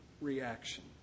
reaction